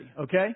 okay